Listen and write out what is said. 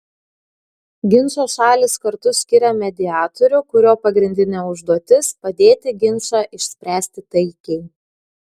ginčo šalys kartu skiria mediatorių kurio pagrindinė užduotis padėti ginčą išspręsti taikiai